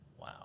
Wow